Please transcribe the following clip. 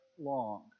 long